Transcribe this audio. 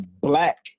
black